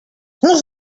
not